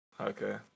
okay